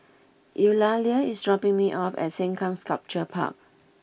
Eulalia is dropping me off at Sengkang Sculpture Park